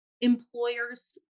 employers